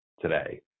today